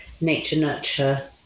nature-nurture